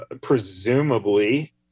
presumably